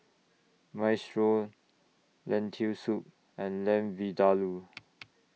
Minestrone Lentil Soup and Lamb Vindaloo